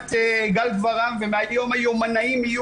רפורמת גל גברעם ומהיום היומנאים יהיו